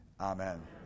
Amen